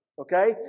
okay